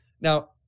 now